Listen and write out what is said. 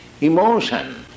emotion